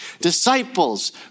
Disciples